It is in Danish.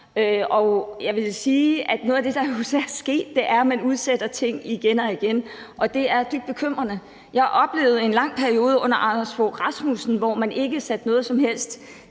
noget af det, der er sket, er, at man udsætter ting igen og igen, og det er dybt bekymrende. Jeg oplevede en lang periode under Anders Fogh Rasmussen, hvor man ikke satte noget som helst